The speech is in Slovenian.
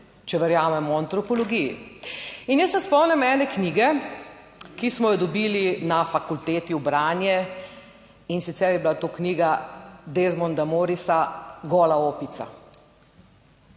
če verjamem, v antropologiji. In jaz se spomnim ene knjige, ki smo jo dobili na fakulteti v branje, in sicer je bila to knjiga Desmonda Morisa Gola opica.